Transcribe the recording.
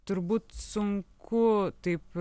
turbūt sunku taip